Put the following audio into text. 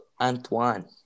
Antoine